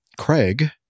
Craig